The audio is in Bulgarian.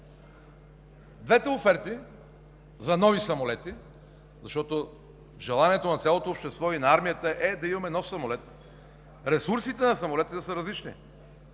двете оферти за нови самолети, защото желанието на цялото общество и на армията е да имаме нов самолет, ресурсите на самолетите са различни.